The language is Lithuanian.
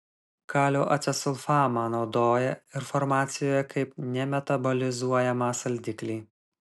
kalio acesulfamą naudoja ir farmacijoje kaip nemetabolizuojamą saldiklį